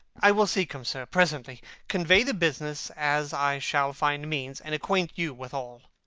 i will seek him, sir, presently convey the business as i shall find means, and acquaint you withal.